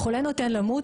חולה נוטה למות,